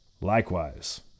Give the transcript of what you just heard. likewise